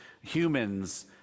humans